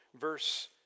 verse